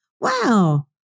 wow